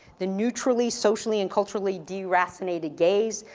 the neutrally, socially, and culturally, the ratiocinated gaze,